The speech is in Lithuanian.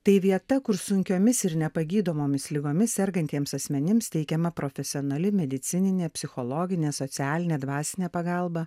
tai vieta kur sunkiomis ir nepagydomomis ligomis sergantiems asmenims teikiama profesionali medicininė psichologinė socialinė dvasinė pagalba